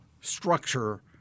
structure